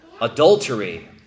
adultery